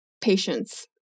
patience